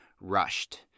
rushed